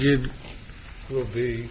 you will be